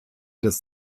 des